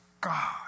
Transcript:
God